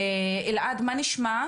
אתה יכול להסביר לי?